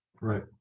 Right